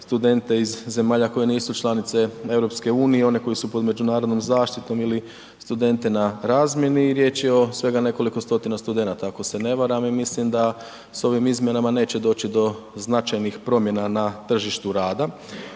studente iz zemalja koji nisu članice EU, koje su pod međunarodnom zaštitom ili studente na razmjeni i riječ je o svega nekoliko stotina studenata ako se ne varam i mislim da s ovim izmjenama neće doći do značajnih promjena na tržištu rada.